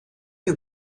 you